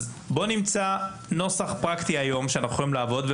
בואו נמצא נוסח פרקטי היום שאנחנו יכולים לעבוד איתו,